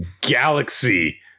galaxy